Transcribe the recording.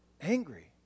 angry